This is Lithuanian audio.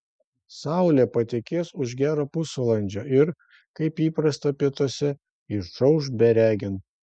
saulė patekės už gero pusvalandžio ir kaip įprasta pietuose išauš beregint